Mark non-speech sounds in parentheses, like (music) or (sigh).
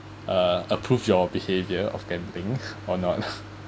uh approve your behaviour of gambling (breath) or not (breath)